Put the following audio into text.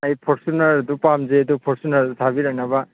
ꯑꯩ ꯐꯣꯔꯆꯨꯅꯔꯗꯨ ꯄꯥꯝꯖꯩ ꯑꯗꯨ ꯐꯣꯔꯆꯨꯅꯔꯗꯨ ꯊꯥꯕꯤꯔꯀꯅꯕ